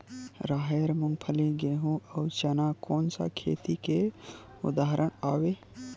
राहेर, मूंगफली, गेहूं, अउ चना कोन सा खेती के उदाहरण आवे?